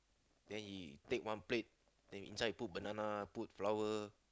then he take one plate then inside he put banana put flower